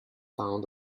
pound